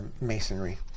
masonry